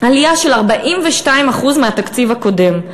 עלייה של 42% מהתקציב הקודם.